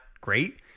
great